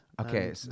Okay